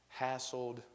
hassled